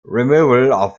removal